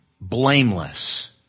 blameless